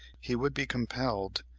he would be compelled,